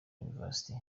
university